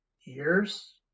years